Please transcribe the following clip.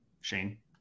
Shane